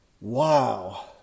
Wow